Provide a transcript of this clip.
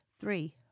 three